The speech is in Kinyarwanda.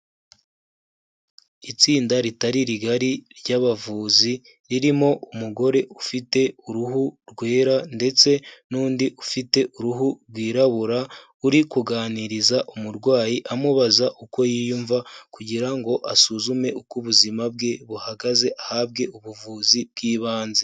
Itsinda ritari rigari ry'abavuzi ririmo umugore ufite uruhu rwera ndetse n'undi ufite uruhu rwirabura, uri kuganiriza umurwayi amubaza uko yiyumva kugira ngo asuzume uko ubuzima bwe buhagaze ahabwe ubuvuzi bw'ibanze.